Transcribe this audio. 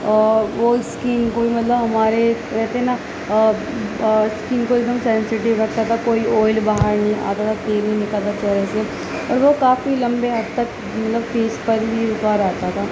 اور وہ اسکن کو مطلب ہمارے کہتے ہیں نا اسکن کو ایک دم سینسیٹیو رکھتا تھا کوئی آئل باہر نہیں آتا تھا اور وہ کافی لمبے حد تک مطلب فیس پر ہی رکا رہتا تھا